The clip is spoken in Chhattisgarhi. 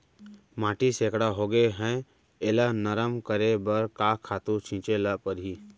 माटी सैकड़ा होगे है एला नरम करे बर का खातू छिंचे ल परहि?